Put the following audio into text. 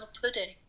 pudding